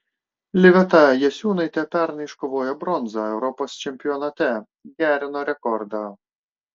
liveta jasiūnaitė pernai iškovojo bronzą europos čempionate gerino rekordą